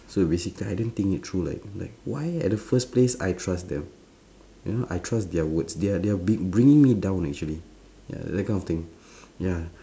so basicall~ I didn't think it through like like why at the first place I trust them you know I trust their words they're they're bringing me down actually ya that kind of thing ya